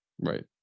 Right